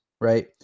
right